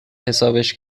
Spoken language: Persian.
حسابش